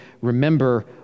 remember